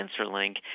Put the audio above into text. CancerLink